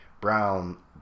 Brown